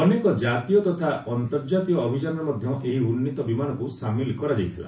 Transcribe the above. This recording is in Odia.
ଅନେକ ଜାତୀୟ ତଥା ଅନ୍ତର୍ଜାତୀୟ ଅଭିଯାନରେ ମଧ୍ୟ ଏହି ଉନ୍ନୀତ ବିମାନକୁ ସାମିଲ୍ କରାଯାଇଥିଲା